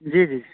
جی جی